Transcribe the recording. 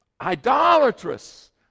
idolatrous